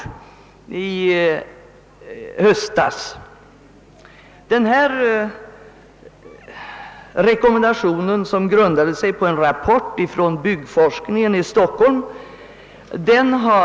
Kommunförbunden har ställt sig positiva till denna rekommendation, som grundade sig på en rapport från byggforskningen i Stockholm.